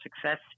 success